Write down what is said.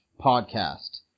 podcast